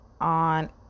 on